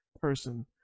person